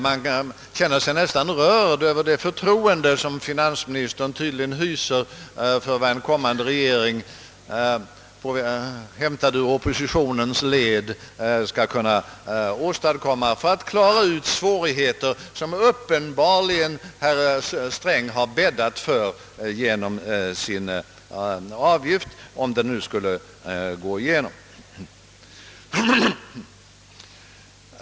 Man känner sig nästan rörd över det förtroende som finansministern tycks hysa för vad en blivande regering, rekryterad ur den nuvarande oppositionens led, skall kunna åstadkomma när det gäller att klara upp svårigheter som uppenbarligen herr Sträng genom sin avgift bäddat för, såvida förslaget nu bifalles av riksdagen.